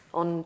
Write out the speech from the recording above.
on